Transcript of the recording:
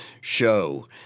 show